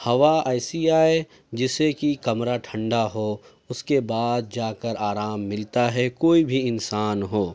ہوا ایسی آئے جس سے کہ کمرہ ٹھنڈا ہو اس کے بعد جا کر آرام ملتا ہے کوئی بھی انسان ہو